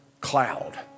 cloud